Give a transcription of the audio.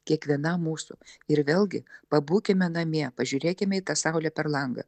kiekvienam mūsų ir vėlgi pabūkime namie pažiūrėkime į tą saulę per langą